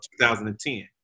2010